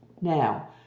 Now